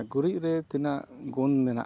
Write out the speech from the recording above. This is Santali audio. ᱜᱩᱨᱤᱡᱨᱮ ᱛᱤᱱᱟᱹᱜ ᱜᱩᱱ ᱢᱮᱱᱟᱜᱼᱟ